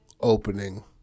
opening